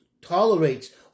tolerates